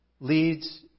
leads